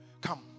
Come